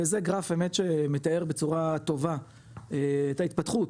זה גרף באמת שמתאר בצורה טובה את ההתפתחות,